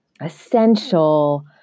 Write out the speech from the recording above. essential